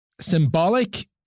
symbolic